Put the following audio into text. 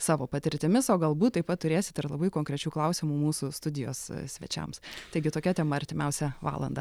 savo patirtimis o galbūt taip pat turėsit ir labai konkrečių klausimų mūsų studijos svečiams taigi tokia tema artimiausią valandą